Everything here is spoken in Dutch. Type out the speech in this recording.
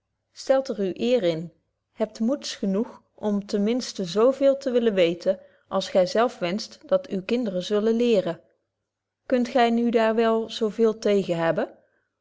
stelt er uw eer in hebt moeds genoeg om ten minsten zo veel te willen weten als gy zelfs wenscht dat uwe kinderen zullen leren kunt gy nu daar wel zo veel tegen hebben